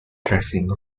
dressing